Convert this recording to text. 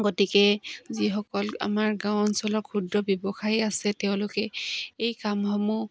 গতিকে যিসকল আমাৰ গাঁও অঞ্চলৰ ক্ষুদ্ৰ ব্যৱসায়ী আছে তেওঁলোকে এই কামসমূহ